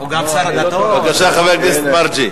הוא גם שר הדתות, בבקשה, חבר הכנסת מרגי,